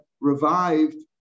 revived